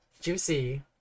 juicy